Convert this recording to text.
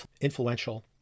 influential